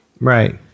Right